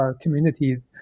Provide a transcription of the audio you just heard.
communities